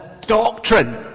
doctrine